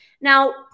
Now